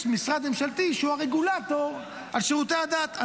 יש משרד ממשלתי שהוא הרגולטור על שירותי הדת.